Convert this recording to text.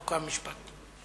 חוקה ומשפט.